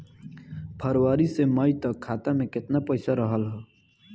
फरवरी से मई तक खाता में केतना पईसा रहल ह?